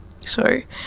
sorry